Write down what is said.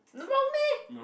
not wrong meh